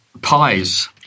Pies